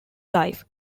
life